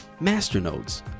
masternodes